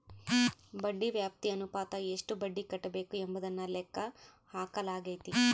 ಬಡ್ಡಿ ವ್ಯಾಪ್ತಿ ಅನುಪಾತ ಎಷ್ಟು ಬಡ್ಡಿ ಕಟ್ಟಬೇಕು ಎಂಬುದನ್ನು ಲೆಕ್ಕ ಹಾಕಲಾಗೈತಿ